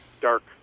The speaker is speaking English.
dark